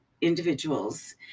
individuals